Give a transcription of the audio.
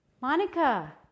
Monica